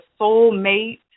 soulmate